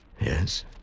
Yes